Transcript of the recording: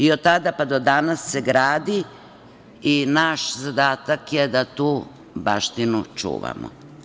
Od tada, pa do danas se gradi i naš zadatak je da tu baštinu čuvamo.